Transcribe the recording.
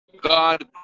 God